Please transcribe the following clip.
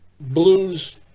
Blues